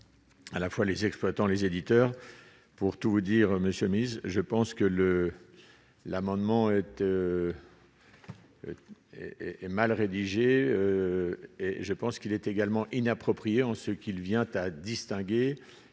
à la fois les exploitants, les éditeurs pour tout vous dire, monsieur, je pense que le l'amendement êtes et est mal rédigé et je pense qu'il est également inapproprié en ce qu'il vient à distinguer